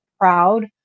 proud